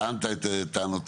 טענת את טענותיך,